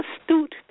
astute